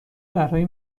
برای